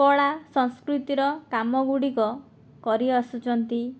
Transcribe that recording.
କଳା ସଂସ୍କୃତିର କାମ ଗୁଡ଼ିକ କରି ଆସୁଛନ୍ତି